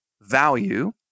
value